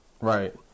Right